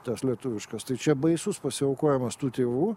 tas lietuviškas tai čia baisus pasiaukojimas tų tėvų